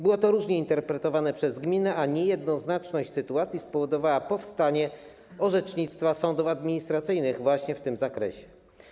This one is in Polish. Było to różnie interpretowane przez gminy, a niejednoznaczność sytuacji spowodowała powstanie orzecznictwa sądów administracyjnych właśnie w tym zakresie.